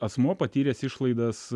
asmuo patyręs išlaidas